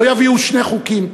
לא יביאו שני חוקים,